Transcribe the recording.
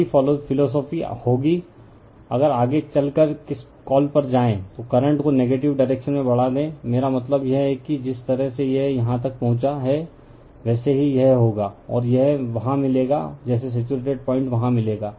वही फिलोसोफी होगा अगर आगे चलकर किस कॉल पर जाए जो करंट को नेगेटिव डायरेक्शन में बढ़ा दे मेरा मतलब यह है जिस तरह से यह यहाँ तक पहुँचा है वैसे ही यह होगा और यह वहाँ मिलेगा जैसे सैचुरेटेड पॉइंट वहाँ मिलेगा